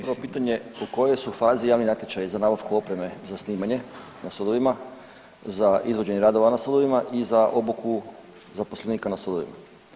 Prvo pitanje u kojoj su fazi javni natječaji za nabavku opreme za snimanje na sudovima, za izvođenje radova na sudovima i za obuku zaposlenika na sudovima?